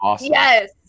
Yes